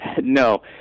No